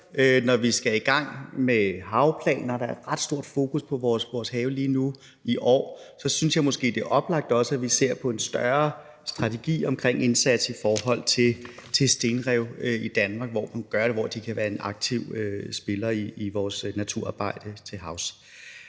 år skal i gang med havplaner, og der er et ret stort fokus på vores have lige nu, så synes jeg måske også, det er oplagt, at vi ser på en større strategi omkring en indsats i forhold til stenrev i Danmark, hvor man kan gøre det, og hvor de kan være en aktiv spiller i vores naturarbejde til havs.